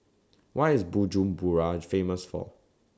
What IS Bujumbura Famous For